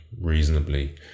reasonably